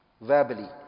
verbally